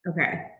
Okay